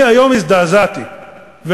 אני הזדעזעתי היום,